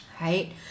right